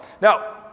Now